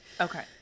Okay